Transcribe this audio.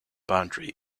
boundary